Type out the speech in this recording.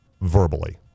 verbally